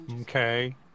Okay